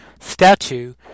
statue